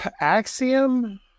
Axiom